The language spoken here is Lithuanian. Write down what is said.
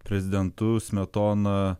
prezidentu smetona